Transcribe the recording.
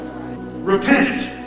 Repent